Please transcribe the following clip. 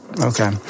Okay